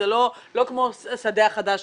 לא כמו השדה החדש